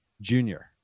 Junior